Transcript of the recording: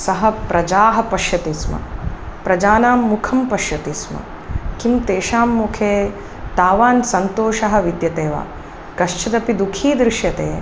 सः प्रजाः पश्यति स्म प्रजानां मुखं पश्यति स्म किं तेषां मुखे तावान् सन्तोषः विद्यते वा कश्चिदपि दुःखी दृश्यते